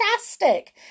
fantastic